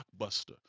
Blockbuster